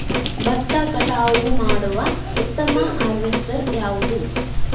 ಭತ್ತ ಕಟಾವು ಮಾಡುವ ಉತ್ತಮ ಹಾರ್ವೇಸ್ಟರ್ ಯಾವುದು?